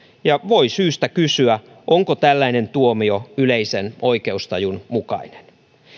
ja voi syystä kysyä onko tällainen tuomio yleisen oikeustajun mukainen